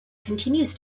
continues